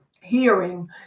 hearing